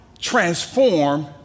transform